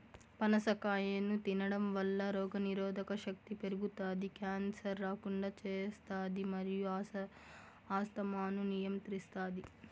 పనస కాయను తినడంవల్ల రోగనిరోధక శక్తి పెరుగుతాది, క్యాన్సర్ రాకుండా చేస్తాది మరియు ఆస్తమాను నియంత్రిస్తాది